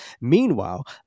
Meanwhile